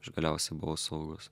aš galiausiai buvau saugus